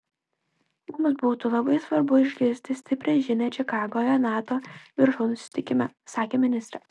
mums būtų labai svarbu išgirsti stiprią žinią čikagoje nato viršūnių susitikime sakė ministrė